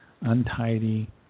untidy